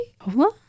hola